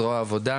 זרוע עבודה,